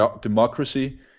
democracy